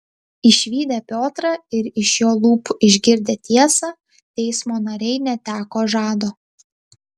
išvydę piotrą ir iš jo lūpų išgirdę tiesą teismo nariai neteko žado